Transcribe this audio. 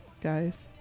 guys